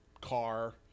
car